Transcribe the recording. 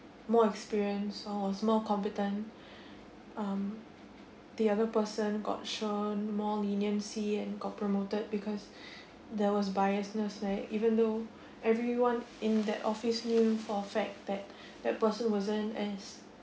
more experience or was more competent um the other person got shown more leniency and got promoted because there was biased-ness like even though everyone in that office knew for fact that that person wasn't as